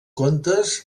comptes